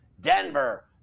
Denver